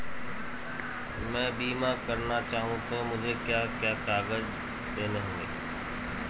मैं बीमा करना चाहूं तो मुझे क्या क्या कागज़ देने होंगे?